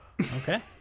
okay